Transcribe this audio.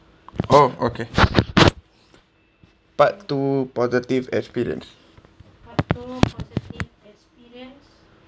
oh okay part two positive experience